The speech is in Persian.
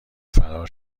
فرار